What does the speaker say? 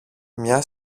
μια